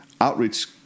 outreach